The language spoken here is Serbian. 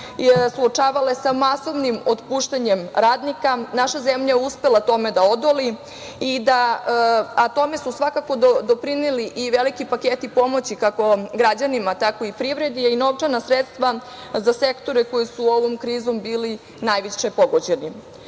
suočavale sa masovnim otpuštanjem radnika, naša zemlja je uspela tome da odoli, a tome su svakako doprineli i veliki paketi pomoći kako građanima tako i privredi i novčana sredstva za sektore koji su ovom krizom bili najviše pogođeni. Pored